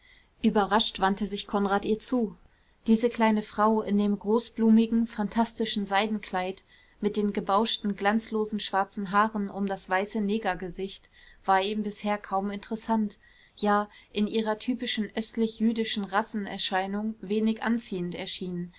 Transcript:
überrascht wandte sich konrad ihr zu diese kleine frau in dem groß blumigen phantastischen seidenkleid mit den gebauschten glanzlosen schwarzen haaren um das weiße negergesicht war ihm bisher kaum interessant ja in ihrer typischen östlich jüdischen rassenerscheinung wenig anziehend erschienen